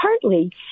partly